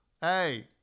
hey